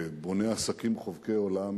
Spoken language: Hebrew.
כבונה עסקים חובקי עולם,